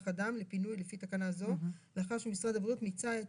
אדם לפינוי לפי תקנה זו לאחר שמשרד הבריאות מיצה את